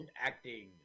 acting